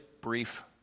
brief